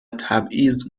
تبعیض